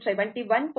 86 71